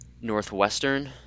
Northwestern